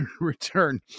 return